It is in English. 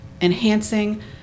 enhancing